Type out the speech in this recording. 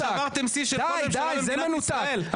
שברתם שיא של כל ממשלה במדינת ישראל.